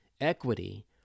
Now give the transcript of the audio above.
Equity